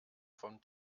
von